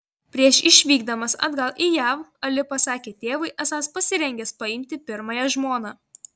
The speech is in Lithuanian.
prieš išvykdamas atgal į jav ali pasakė tėvui esąs pasirengęs paimti pirmąją žmoną